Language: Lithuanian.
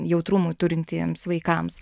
jautrumu turintiems vaikams